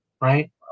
right